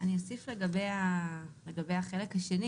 אני אוסיף לגבי החלק השני.